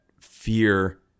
fear